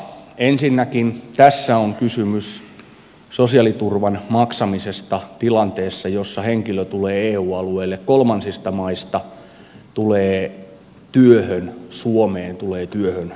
ensinnäkin tässä on kysymys sosiaaliturvan maksamisesta tilanteessa jossa henkilö tulee eu alueelle kolmansista maista tulee työhön suomeen tulee työhön euroopan unioniin